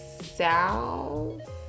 South